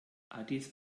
addis